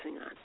on